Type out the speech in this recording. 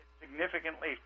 significantly